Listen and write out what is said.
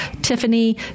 tiffany